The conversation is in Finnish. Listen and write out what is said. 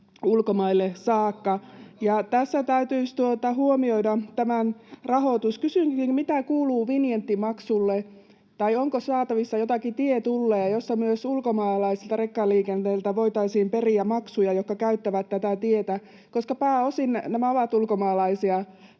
ulkomaille saakka. Tässä täytyisi huomioida tämän rahoitus. Kysynkin: mitä kuuluu vinjettimaksulle, tai onko saatavissa joitakin tietulleja, joissa voitaisiin periä maksuja myös ulkomaalaiselta rekkaliikenteeltä, joka käyttää tätä tietä? Pääosin nämä ovat ulkomaalaisia